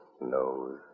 knows